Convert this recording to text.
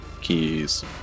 key's